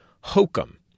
hokum